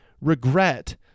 regret